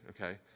okay